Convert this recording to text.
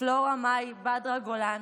פלורה מאי בדרה גולן,